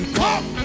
come